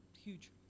Huge